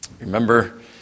Remember